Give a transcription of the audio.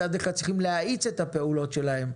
מצד אחד צריכות להאיץ את הפעולות שלהן,